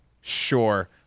Sure